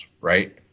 Right